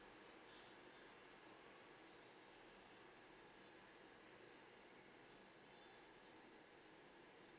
uh